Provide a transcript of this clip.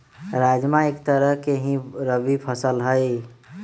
राजमा एक तरह के ही रबी फसल हई